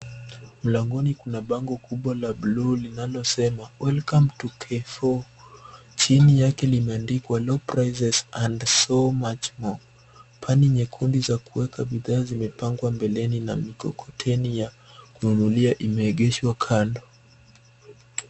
Mlangoni kuna bango kubwa la buluu, linalosema welcome to carrefour chini yake limeandikwa low prices and so much more Pani nyekundu za kuweka bidhaa zimepangwa mbeleni na mikokoteni ya kununulia, imeegeshwa kando.